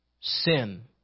sin